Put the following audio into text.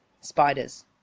Spiders